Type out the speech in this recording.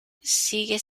sigue